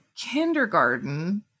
kindergarten